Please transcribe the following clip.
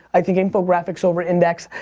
i think infographics over index.